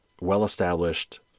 well-established